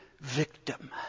victim